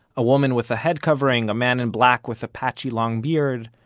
a woman with a head covering, a man in black with a patchy long beard,